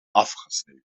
afgesneden